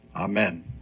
Amen